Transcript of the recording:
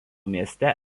mieste